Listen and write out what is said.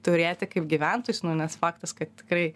turėti kaip gyventojus nu nes faktas kad tikrai